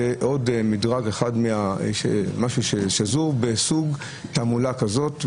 זה עוד אחד מהמדרגים ששזורים בסוג תעמולה כזה,